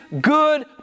good